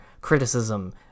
criticism